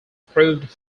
proved